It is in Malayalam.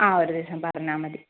ആ ഒരു ദിവസം പറഞ്ഞാൽ മതി